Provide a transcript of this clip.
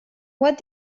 what